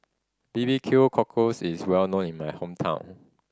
B B Q cockles is well known in my hometown